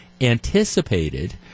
anticipated